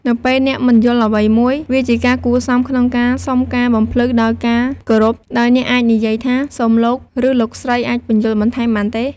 នៅពេលអ្នកមិនយល់អ្វីមួយ វាជាការគួរសមក្នុងការសុំការបំភ្លឺដោយការគោរព ដោយអ្នកអាចនិយាយថា “សូមលោក ឬលោកស្រីអាចពន្យល់បន្ថែមបានទេ?”។